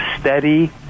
steady